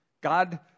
God